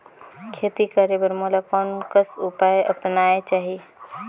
खेती करे बर मोला कोन कस उपाय अपनाये चाही?